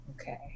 Okay